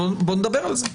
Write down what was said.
בואו נדבר על זה.